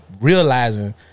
Realizing